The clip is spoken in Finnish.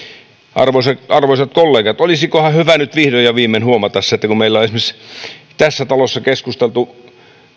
arvoisat arvoisat kollegat olisikohan hyvä nyt vihdoin ja viimein huomata se että kun meillä on esimerkiksi tässä talossa keskusteltu